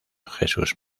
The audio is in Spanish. jesús